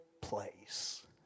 place